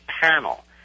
panel